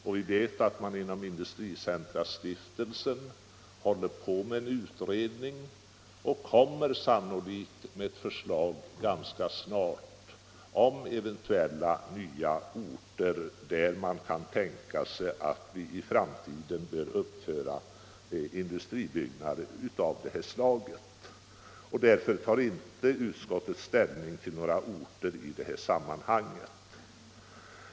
Vi vet vidare att Stiftelsen Industricentra håller på med en utredning och snart kommer med ett förslag om nya orter där man kan tänka sig att i framtiden uppföra liknande centra. Därför tar utskottet inte ställning till frågan om orter i det här sammanhanget.